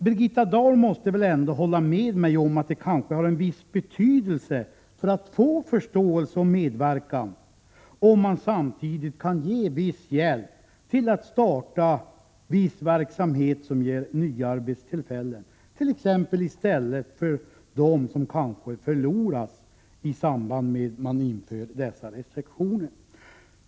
Birgitta Dahl måste väl ändå hålla med mig om att det kanske har en viss betydelse för att få förståelse och medverkan, om man samtidigt kan få hjälp till att starta verksamheter som ger nya arbeten i stället för dem som förloras när restriktioner införs.